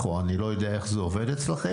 או אני לא יודע איך זה עובד אצלכם.